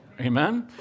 Amen